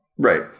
Right